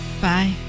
Bye